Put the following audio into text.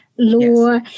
Law